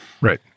Right